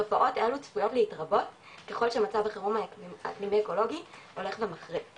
תופעות אלו צפויות להתרבות ככל שמצב האקלימי אקולוגי הולך ומחריף